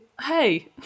Hey